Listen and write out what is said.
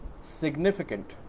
significant